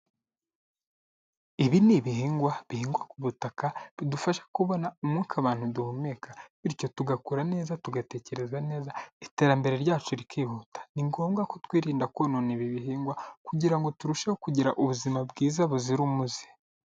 Ibi ni ibihingwa bihingwa ku butaka budufasha kubona umwuka abantu duhumeka bityo tugakura neza tugatekereza neza iterambere ryacu rikihuta ni ngombwa ko twirinda konona ibi bihingwa kugira ngo turusheho kugira ubuzima bwiza buzira umuze.